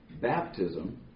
baptism